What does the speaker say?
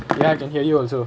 ya I can hear you also